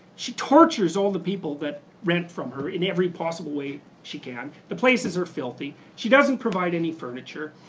she tortures all the people that rent from her in every possible way she can. the places are filthy. she doesn't provide any furniture.